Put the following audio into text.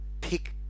pick